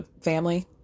family